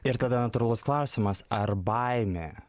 ir tada natūralus klausimas ar baimė